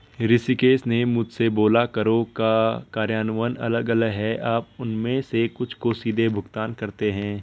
ऋषिकेश ने मुझसे बोला करों का कार्यान्वयन अलग अलग है आप उनमें से कुछ को सीधे भुगतान करते हैं